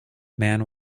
man